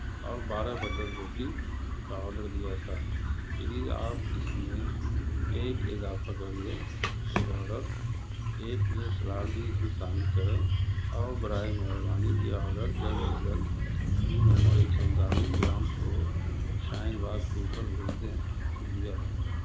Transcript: اور بارہ بٹر روٹی کا آرڈر دیا تھا پلیز آپ اس میں ایک اضافہ کر دیں ایک آرڈر ایک پلیٹ سلاد بھی اس میں شامل کریں اور برائے مہربانی یہ آرڈر جلد از جلد روم نمبر ایک سو انتالیس ground floor Shaheen Bagh two پر بھیج دیں شکریہ